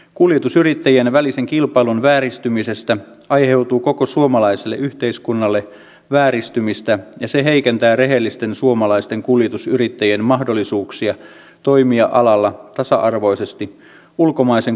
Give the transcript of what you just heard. kuljetusyrittäjien välisen kilpailun vääristymisestä aiheutuu koko suomalaiselle yhteiskunnalle vääristymistä ja se heikentää rehellisten suomalaisten kuljetusyrittäjien mahdollisuuksia toimia alalla tasa arvoisesti ulkomaisen kuljetusyrittäjän kanssa